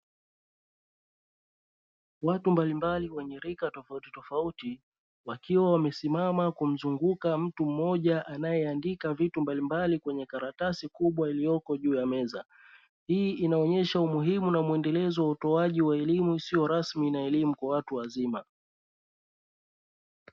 Watu mbalimbali wenye rika tofautitofauti; wakiwa wamesimama kumzunguka mtu mmoja anayeandika vitu mbalimbali kwenye karatasi kubwa iliyoko juu ya meza. Hii inaonyesha umuhimu na muendelezo wa utoaji wa elimu isiyo rasmi na elimu kwa watu wazima.